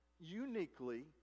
uniquely